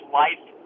life